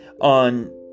on